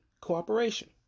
cooperation